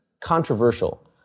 controversial